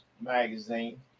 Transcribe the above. Magazine